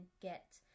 get